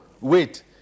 wait